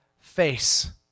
face